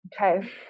Okay